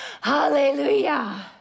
Hallelujah